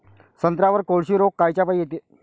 संत्र्यावर कोळशी रोग कायच्यापाई येते?